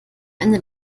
ende